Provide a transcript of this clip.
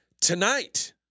Tonight